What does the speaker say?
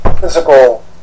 physical